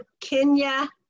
Kenya